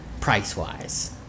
price-wise